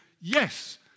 Yes